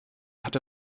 hatte